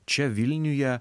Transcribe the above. čia vilniuje